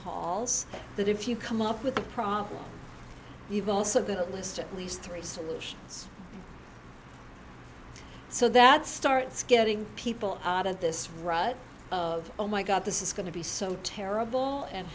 halls that if you come up with a problem even also that list at least three solutions so that starts getting people out of this rut of oh my god this is going to be so terrible and